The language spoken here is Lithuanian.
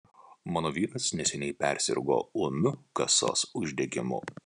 mano vyras neseniai persirgo ūmiu kasos uždegimu